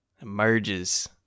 emerges